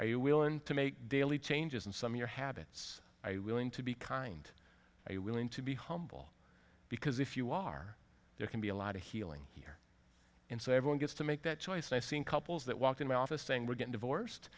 are you willing to make daily changes in some your habits i willing to be kind are you willing to be humble because if you are there can be a lot of healing here and so everyone gets to make that choice and i've seen couples that walk in my office saying we're getting divorced